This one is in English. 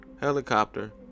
helicopter